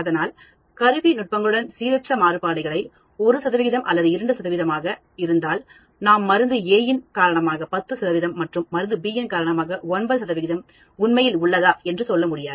அதனால்கருவி நுட்பங்களுடன் சீரற்ற மாறுபாடுகள் 1 அல்லது 2 ஆக இருந்தால் நாம்மருந்து A இன் காரணமாக 10 மற்றும் மருந்து B காரணமாக 9 உண்மையில் உள்ளதா என்று சொல்ல முடியாது